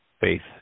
faith